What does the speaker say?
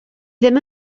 ddim